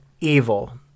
evil